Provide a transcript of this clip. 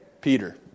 Peter